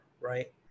right